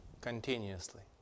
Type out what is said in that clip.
Continuously